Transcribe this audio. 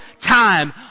time